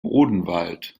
odenwald